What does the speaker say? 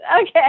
okay